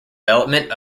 development